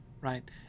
right